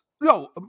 no